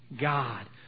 God